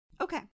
Okay